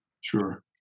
Sure